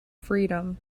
freedom